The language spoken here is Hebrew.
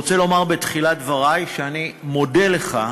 סגן שר האוצר,